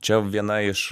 čia viena iš